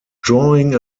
drawing